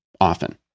often